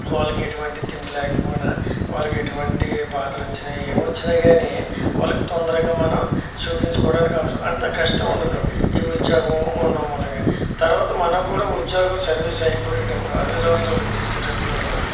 వాళ్ళకి ఎటువంటి తిండి లేకపోయినా వాళ్ళకి ఎటువంటి బాధలు వచ్చినా ఏవి వచ్చినా కాని వాళ్ళకి తొందరగా మనం చూపించుకోవడానికి అవస అంత కష్టం ఉండదు ఈ ఉద్యోగం ఉన్న మూలంగా తర్వాత మనకు కూడా ఉద్యోగం సర్వీస్ అయిపోయేటప్పుడు అరవై సంవత్సరాలు వచ్చేసేటప్పుడు